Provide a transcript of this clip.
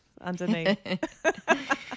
underneath